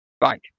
Right